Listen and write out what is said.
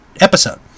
episode